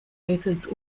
methods